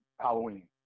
Halloween